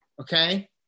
Okay